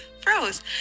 froze